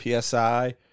PSI